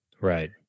Right